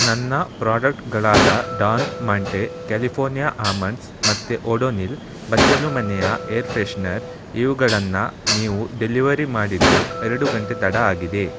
ನನ್ನ ಪ್ರಾಡಕ್ಟ್ಗಳಾದ Don Monte California almonds ಮತ್ತು ಓಡೋನಿಲ್ ಬಚ್ಚಲು ಮನೆಯ ಏರ್ ಫ್ರೆಷ್ನರ್ ಇವುಗಳನ್ನು ನೀವು ಡೆಲಿವರಿ ಮಾಡಿದ್ದು ಎರಡು ಗಂಟೆ ತಡ ಆಗಿದೆ